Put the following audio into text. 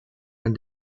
and